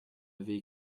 m’avez